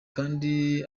kandi